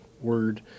word